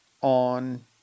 on